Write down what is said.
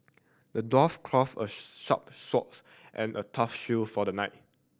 the dwarf crafted a sharp sword and a tough shield for the knight